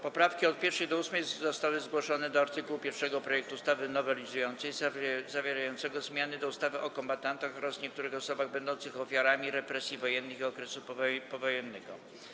Poprawki od 1. do 8. zostały zgłoszone do art. 1 projektu ustawy nowelizującej zawierającego zmiany w ustawie o kombatantach oraz niektórych osobach będących ofiarami represji wojennych i okresu powojennego.